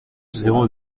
zéro